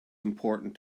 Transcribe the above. important